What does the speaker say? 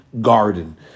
Garden